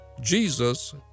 Jesus